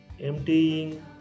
emptying